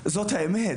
האמת, זאת האמת.